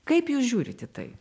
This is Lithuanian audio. kaip jūs žiūrit į tai